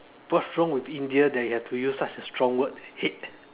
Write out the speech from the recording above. what's wrong with India that you have to use such a strong word hate